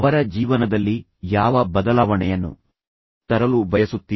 ಅವರ ಜೀವನದಲ್ಲಿ ನೀವು ಯಾವ ಬದಲಾವಣೆಯನ್ನು ತರಲು ಬಯಸುತ್ತೀರಿ